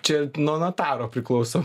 čia nuo notaro priklauso